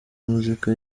muzika